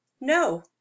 No